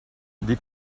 des